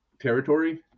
territory